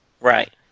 Right